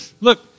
look